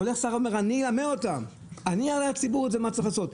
אומר השר: אני אראה לציבור מה צריך לעשות,